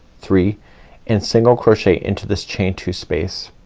three and single crochet into this chain two space.